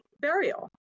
burial